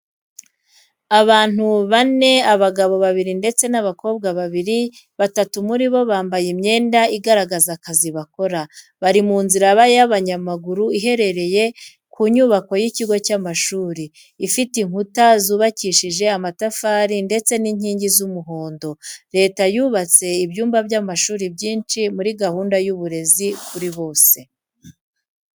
Abantu bane, abagabo babiri ndetse n’abakobwa babiri, batatu muri bo bambaye imyenda igaragaza akazi bakora. Bari mu nzira y’abanyamaguru iherereye ku nyubako y'ikigo cy'amashuri, ifite inkuta zubakishije amatafari ndetse n’inkingi z’umuhondo. Leta yubatse ibyumba by'amashuri byinshi muri gahunda y’uburezi kuri bose.